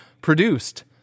produced